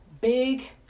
big